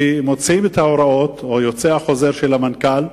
כי מוציאים את ההוראות, או יוצא החוזר של המנכ"ל,